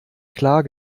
klar